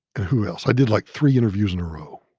who else? i did like three interviews in a row